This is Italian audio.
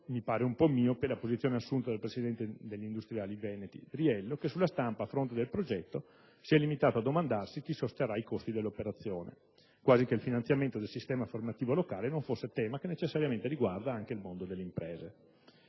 mi pare un po' miope la posizione assunta dal presidente degli industriali veneti Riello, che sulla stampa, a fronte del progetto, si è limitato a domandarsi chi sosterrà i costi dell'operazione, quasi che il finanziamento del sistema formativo locale non fosse tema che necessariamente riguarda anche il mondo delle imprese.